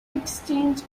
exchange